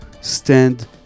stand